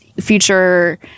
future